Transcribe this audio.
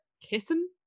kissing